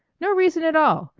no reason at all.